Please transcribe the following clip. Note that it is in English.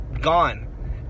gone